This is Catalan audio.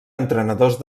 entrenadors